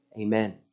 Amen